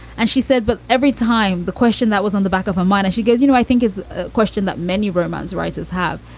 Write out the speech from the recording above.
and she said, but every time the question that was on the back of a minor, she goes, you know, i think it's a question that many romance writers have.